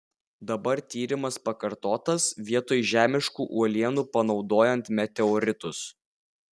dabar tyrimas pakartotas vietoj žemiškų uolienų panaudojant meteoritus